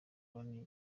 brown